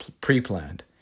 pre-planned